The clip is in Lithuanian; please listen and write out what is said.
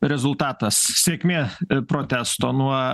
rezultatas sėkmė ir protesto nuo